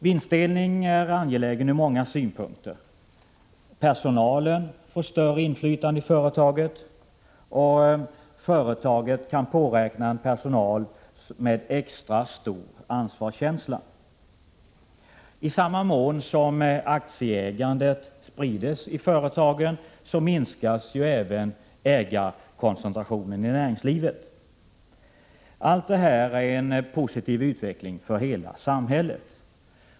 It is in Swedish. Vinstdelning är angelägen ur många synpunkter. Personalen får större inflytande i företaget och företaget kan påräkna en personal med extra stor ansvarskänsla. I samma mån som aktieägandet sprids i företagen, minskas även ägandekoncentrationen i näringslivet. Allt detta är en positiv utveckling för hela samhället.